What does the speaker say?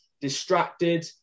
distracted